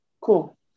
Cool